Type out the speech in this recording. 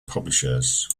publishers